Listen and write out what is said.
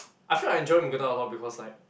I feel I enjoy Mookata a lot because like